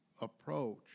approach